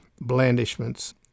blandishments